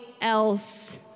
else